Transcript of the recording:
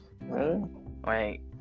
Wait